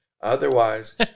Otherwise